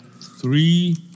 three